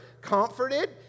comforted